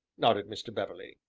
nodded mr. beverley.